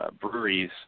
breweries